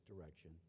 direction